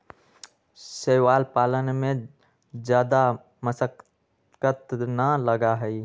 शैवाल पालन में जादा मशक्कत ना लगा हई